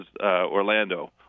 Orlando